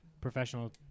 professional